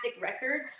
record